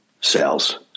sales